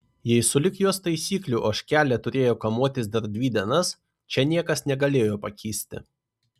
jei sulig jos taisyklių ožkelė turėjo kamuotis dar dvi dienas čia niekas negalėjo pakisti